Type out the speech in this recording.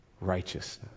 righteousness